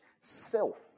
self